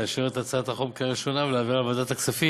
אני מבקש לאשר את הצעת החוק בקריאה ראשונה ולהעבירה לוועדת הכספים